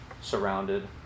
surrounded